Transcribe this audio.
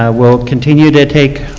ah will continue to take